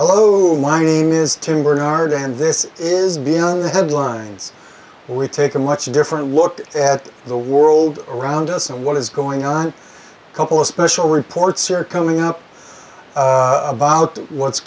hello my name is tim barnard and this is beyond the headlines we take a much different look at the world around us and what is going on a couple of special reports are coming up about what's